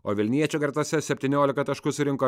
o vilniečių gretose septyniolika taškų surinko